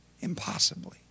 Impossibly